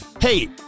Hey